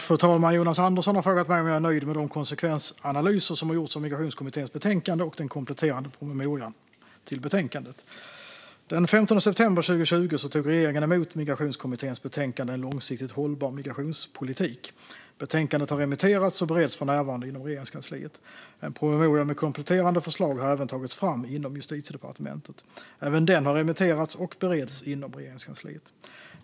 Fru talman! Jonas Andersson har frågat mig om jag är nöjd med de konsekvensanalyser som har gjorts i Migrationskommitténs betänkande och den kompletterande promemorian till betänkandet. Den 15 september 2020 tog regeringen emot Migrationskommitténs betänkande En långsiktigt hållbar migrationspolitik . Betänkandet har remitterats och bereds för närvarande inom Regeringskansliet. En promemoria med kompletterande förslag har även tagits fram inom Justitiedepartementet. Även den har remitterats och bereds inom Regeringskansliet.